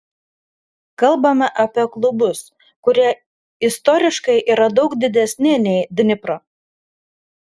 kalbame apie klubus kurie istoriškai yra daug didesni nei dnipro